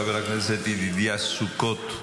חבר הכנסת ידידה סוכות,